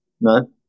No